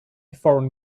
foreign